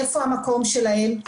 איפה המקום שלהם.